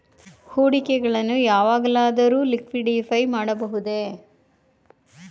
ಹೂಡಿಕೆಗಳನ್ನು ಯಾವಾಗಲಾದರೂ ಲಿಕ್ವಿಡಿಫೈ ಮಾಡಬಹುದೇ?